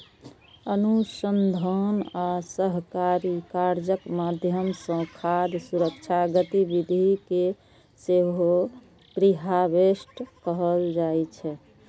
अनुसंधान आ सहकारी कार्यक माध्यम सं खाद्य सुरक्षा गतिविधि कें सेहो प्रीहार्वेस्ट कहल जाइ छै